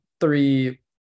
three